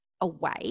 away